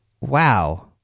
Wow